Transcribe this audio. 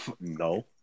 No